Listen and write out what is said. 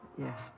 Yes